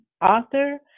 author